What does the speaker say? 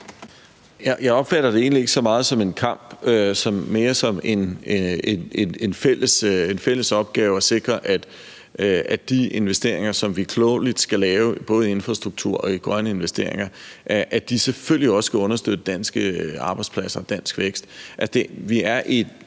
Jeg opfatter det egentlig ikke så meget som en kamp, men mere som en fælles opgave at sikre, at de investeringer, som vi klogeligt skal lave i både infrastruktur og grønne investeringer, selvfølgelig også skal understøtte danske arbejdspladser og dansk vækst. Vi er i